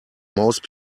most